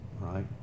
right